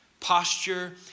Posture